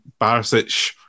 Barisic